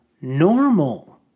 normal